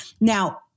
Now